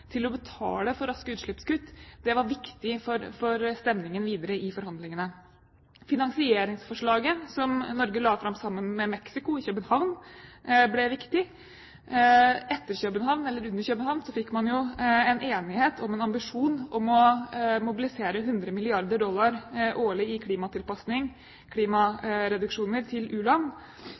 til å betale for raske utslippskutt. Det var viktig for stemningen videre i forhandlingene. Finansieringsforslaget som Norge la fram sammen med Mexico i København, ble viktig. Under København-toppmøtet fikk man jo enighet om en ambisjon om å mobilisere hundre milliarder dollar årlig til klimatilpasning/klimareduksjoner i